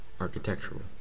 Architectural